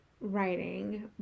writing